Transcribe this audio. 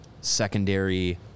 secondary